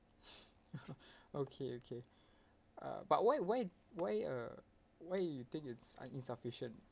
okay okay uh but why why why uh why you think it's uh insufficient